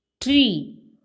Tree